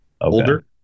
Older